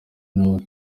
nawe